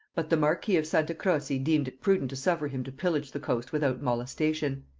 but the marquis of santa croce deemed it prudent to suffer him to pillage the coast without molestation.